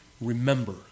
Remember